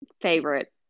favorite